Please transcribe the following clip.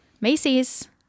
macy's